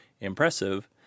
impressive